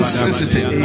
sensitive